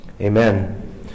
Amen